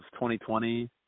2020